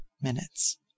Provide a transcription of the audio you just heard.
minutes